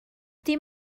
felly